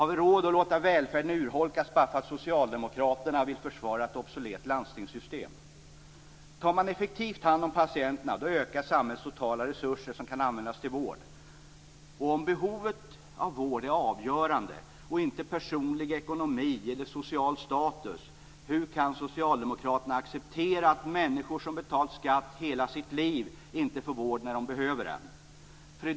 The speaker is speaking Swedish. Har vi råd att låta välfärden urholkas bara därför att socialdemokraterna vill försvara ett obsolet landstingssystem?